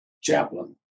chaplain